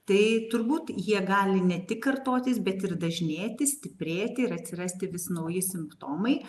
tai turbūt jie gali ne tik kartotis bet ir dažnėti stiprėti ir atsirasti vis nauji simptomai